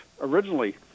originally